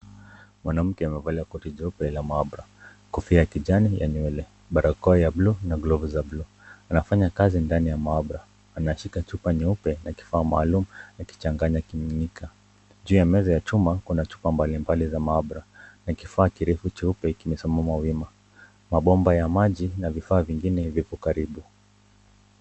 Mwanamke amevalia koti jeupe la maabara kofia ya kijani ya nywele barakoa ya blu na glovu za blu . Anafanya kazi ndani ya maabara . Anashika chupa nyeupe na kifaa maalum akichanganya akimiminika . Juu ya meza ya chuma kuna chupa mbalimbali za maabara na kifaa kirefu cheupe kimesimama wima .Mabomba ya maji na vifaa vingine vipo karibu .